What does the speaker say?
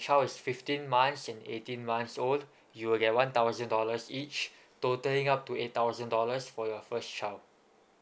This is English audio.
is fifteen months and eighteen months old you'll get one thousand dollars each totalling up to eight thousand dollars for your first child